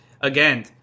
again